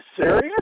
serious